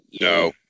No